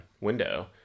window